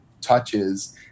touches